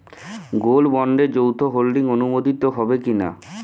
Gold বন্ডে যৌথ holding অনুমোদিত হবে কিনা?